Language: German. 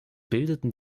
bildeten